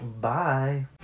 Bye